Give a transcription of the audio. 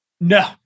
No